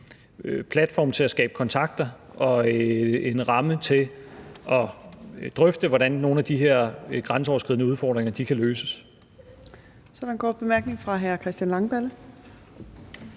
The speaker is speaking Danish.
platform til at skabe kontakter og en ramme til at drøfte, hvordan nogle af de her grænseoverskridende udfordringer kan løses. Kl. 14:29 Fjerde næstformand (Trine Torp): Så er der en kort bemærkning fra hr. Christian Langballe.